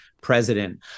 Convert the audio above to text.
president